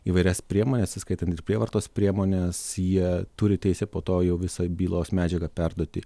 įvairias priemones įskaitant ir prievartos priemones jie turi teisę po to jau visą bylos medžiagą perduoti